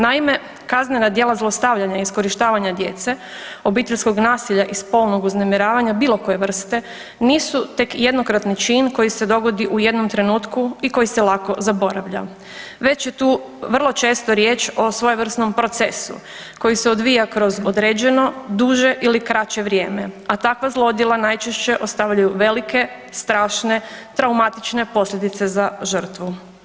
Naime, kaznena djela zlostavljanja i iskorištavanja djece obiteljskog nasilja i spolnog uznemiravanja bilo koje vrste nisu tek jednokratni čin koji se dovodi u jednom trenutku i koji se lako zaboravlja, već je tu vrlo često riječ o svojevrsnom procesu koji se odvija kroz određeno duže ili kraće vrijeme, a takva zlodjela najčešće ostavljaju velike, strašne, traumatične posljedice za žrtvu.